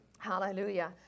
Hallelujah